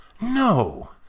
No